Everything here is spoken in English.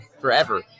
forever